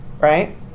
right